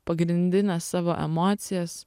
pagrindines savo emocijas